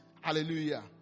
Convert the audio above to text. hallelujah